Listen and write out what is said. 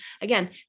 Again